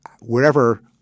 Wherever